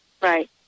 right